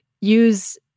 use